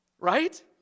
Right